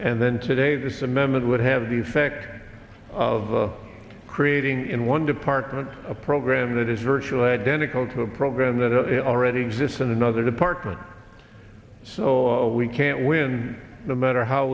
and then today this amendment would have the effect of creating in one department a program that is virtually identical to a program that already exists in another department so we can't win no matter how